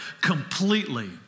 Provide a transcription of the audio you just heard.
completely